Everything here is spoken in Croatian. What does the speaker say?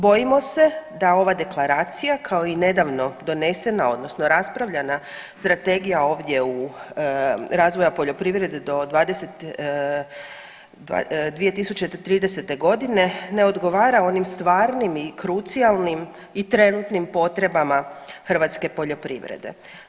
Bojimo se da ova deklaracija kao i nedavno donesena, odnosno raspravljana Strategije ovdje razvoja poljoprivrede do 2030. godine ne odgovara onim stvarnim i krucijalnim i trenutnim potrebama hrvatske poljoprivrede.